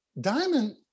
Diamond